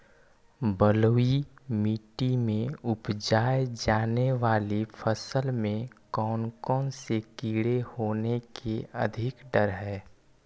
बलुई मिट्टी में उपजाय जाने वाली फसल में कौन कौन से कीड़े होने के अधिक डर हैं?